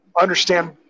understand